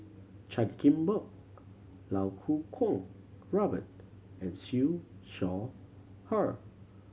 Chan Chin Bock Iau Kuo Kwong Robert and Siew Shaw Her